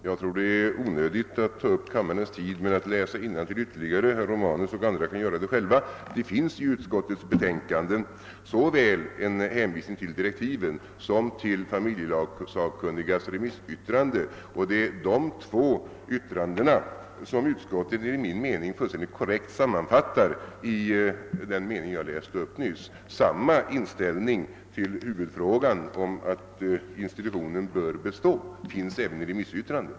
Herr taman! Jag tror att det är onödigt att ta upp kammarens tid med att ytterligare läsa innantill. Det kan herr Romanus och andra göra själva. Det finns i utskottets betänkande såväl en hänvisning till direktiven som till familjelagssakkunnigas «remissyttrande. Det är dessa två yttranden som utskottet enligt min mening fullständigt korrekt sammanfattar i den mening jag nyss läste upp. Samma inställning till huvudfrågan om att institutionen bör bestå finns även i remissyttrandet.